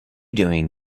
doing